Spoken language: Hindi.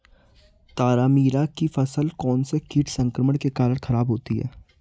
तारामीरा की फसल कौनसे कीट संक्रमण के कारण खराब होती है?